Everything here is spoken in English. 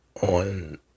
on